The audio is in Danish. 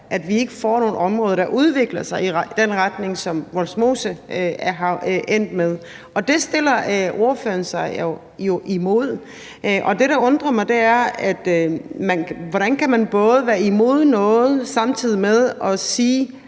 at vi ikke får nogle områder, der udvikler sig i den retning, som Vollsmose er endt med, og det stiller ordføreren sig imod. Det, der undrer mig, er, hvordan man både kan være imod noget og samtidig sige,